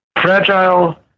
fragile